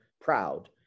Proud